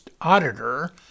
Auditor